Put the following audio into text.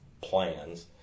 plans